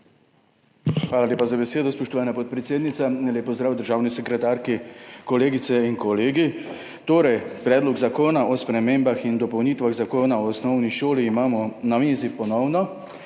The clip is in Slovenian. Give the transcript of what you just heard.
Hvala lepa za besedo, spoštovana podpredsednica. Lep pozdrav državni sekretarki, kolegice in kolegi! Predlog zakona o spremembah in dopolnitvah Zakona o osnovni šoli imamo na mizi ponovno